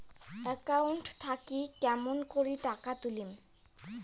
Account থাকি কেমন করি টাকা তুলিম?